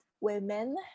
women